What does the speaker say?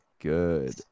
good